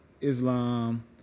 Islam